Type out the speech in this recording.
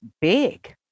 big